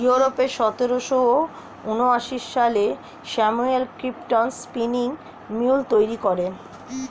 ইউরোপে সতেরোশো ঊনআশি সালে স্যামুয়েল ক্রম্পটন স্পিনিং মিউল তৈরি করেন